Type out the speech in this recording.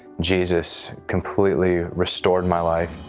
jesus completely restored my life.